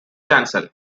chancel